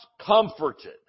comforted